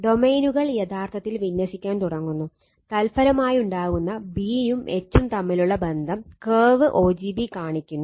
ഡൊമെയ്നുകൾ യഥാർത്ഥത്തിൽ വിന്യസിക്കാൻ തുടങ്ങുന്നു തത്ഫലമായുണ്ടാകുന്ന B യും H ഉം തമ്മിലുള്ള ബന്ധം കർവ് o g b കാണിക്കുന്നു